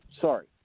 Sorry